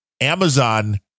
Amazon